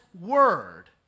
word